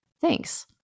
Thanks